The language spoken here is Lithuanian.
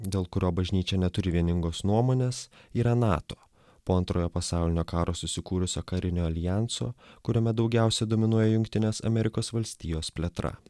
dėl kurio bažnyčia neturi vieningos nuomonės yra nato po antrojo pasaulinio karo susikūrusio karinio aljanso kuriame daugiausia dominuoja jungtinės amerikos valstijos plėtra